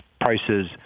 prices